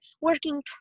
working